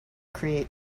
create